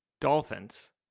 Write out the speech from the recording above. Dolphins